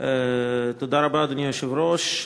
אדוני היושב-ראש,